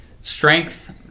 Strength